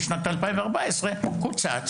משנת 2014 קוצץ,